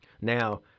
Now